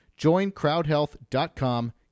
Joincrowdhealth.com